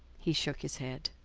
he shook his head.